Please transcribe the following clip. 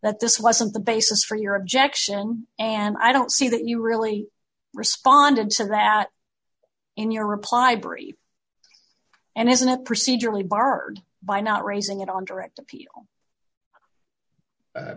that this wasn't the basis for your objection and i don't see that you really responded to that in your reply brief and isn't it procedurally barred by not raising it on direct appeal